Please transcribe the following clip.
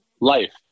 life